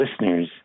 listeners